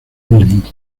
mismo